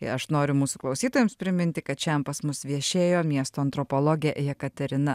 tai aš noriu mūsų klausytojams priminti kad šian pas mus viešėjo miesto antropologė jekaterina